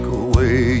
away